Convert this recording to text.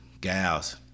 gals